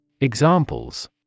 Examples